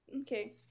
Okay